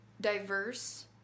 diverse